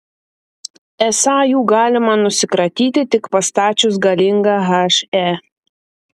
esą jų galima nusikratyti tik pastačius galingą he